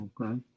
Okay